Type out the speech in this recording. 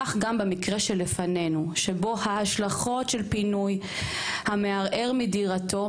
כך גם במקרה שלפנינו שבו ההשלכות של פינוי המערער מדירתו,